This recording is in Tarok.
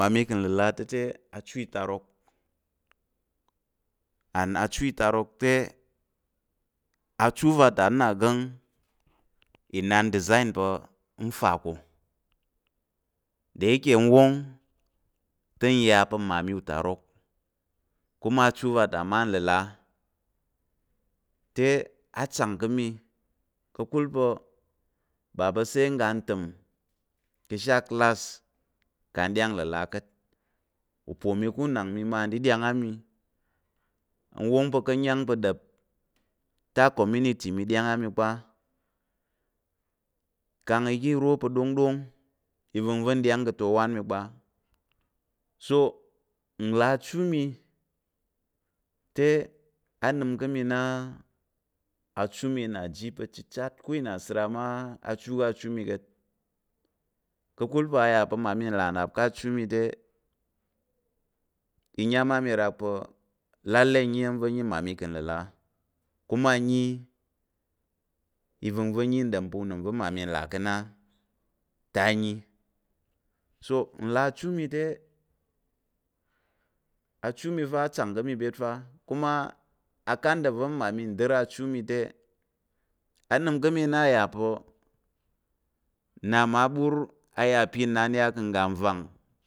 Mmami ka̱ nləla ta̱ te achu itarok, and achu itarok va ta na gən inan designed pa̱ n fa ko. de ike n wong te n ya pa̱ mma utarok kuma achu va ta mma ka̱ nləla te chang ká̱ mi ka̱kul. ba pa̱ sai n ga ntəm ka̱ ashe aclass kang nɗyang nləla ka̱t, upo mi ká̱ unang mi ma ɗyang. á mi n wong pa̱ ka̱ nyang pa̱ ɗəp te acommunity mi ma nɗəyang a mi kpa kang iga iro pa̱ ɗongɗong iva̱ngva̱ nɗyang ka̱ atak owan mi kpa so nlà achu mi te a nəm ká̱ mi la achu mi na ji pa̱ chichat ko inasira mma achu achu mi ka̱t ka̱kul pa̱ a yà pa̱ mmami ka̱ nlà-nnap ká̱ achu mi te i nyam á mi rak pa̱ lale nyi iya̱m va̱ yi mmami ka̱ nləla, kuma nyi ivəngva̱ yi ɗom pa̱ unəm va̱ mmami ka̱ là ká̱ na te a yi. So n là achu mi te, achu fa achang ká̱ byet fa kuma akatda va̱ mmami ka̱ n ɗər achu mi te a nəm ká̱ mi na a yà pa̱ nna mma bur a yà pa̱ inan ya ka̱ ngga va̱ng